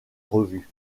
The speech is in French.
revue